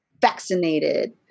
vaccinated